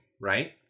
right